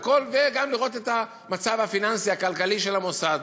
וגם לראות את המצב הפיננסי הכלכלי של המוסד.